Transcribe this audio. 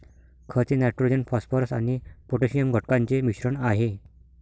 खत हे nitrogen phosphorus आणि पोटॅशियम घटकांचे मिश्रण आहे